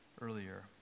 earlier